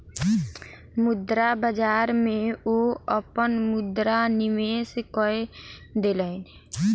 मुद्रा बाजार में ओ अपन मुद्रा निवेश कय देलैन